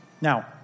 Now